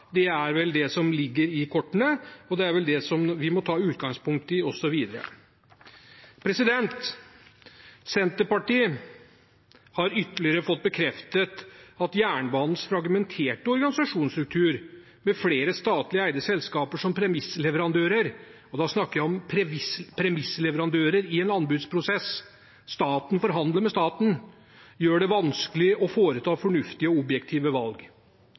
Det er vel det som ligger i kortene, og det er vel det vi må ta utgangspunkt i også videre. Senterpartiet har ytterligere fått bekreftet at jernbanens fragmenterte organisasjonsstruktur, med flere statlig eide selskaper som premissleverandører – og da snakker jeg om premissleverandører i en anbudsprosess, staten forhandler med staten – gjør det vanskelig å foreta fornuftige og objektive valg.